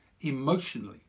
emotionally